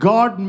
God